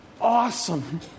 Awesome